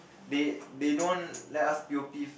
they they don't let us p_o_p